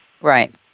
Right